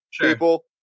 people